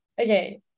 Okay